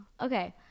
Okay